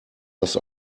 das